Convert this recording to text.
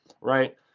right